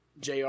JR